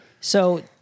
So-